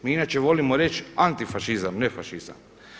Mi inače volimo reći antifašizam, ne fašizam.